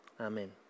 amen